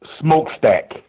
smokestack